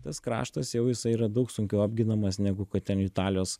tas kraštas jau jisai yra daug sunkiau apginamas negu kad ten italijos